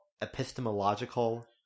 epistemological